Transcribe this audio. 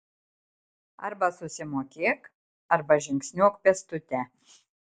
arba susimokėk arba žingsniuok pėstute